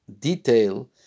detail